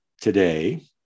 today